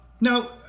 Now